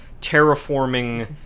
terraforming